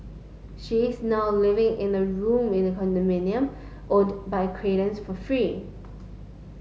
she is now living in a room in a condominium owned by an acquaintance for free